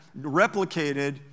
replicated